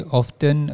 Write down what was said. often